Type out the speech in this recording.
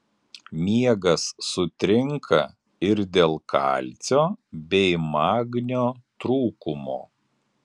miegas sutrinka ir dėl kalcio bei magnio trūkumo